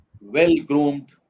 well-groomed